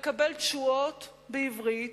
כדי לקבל תשואות בעברית,